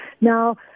Now